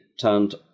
turned